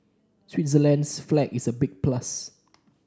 Switzerland's flag is a big plus